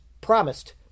promised